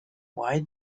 why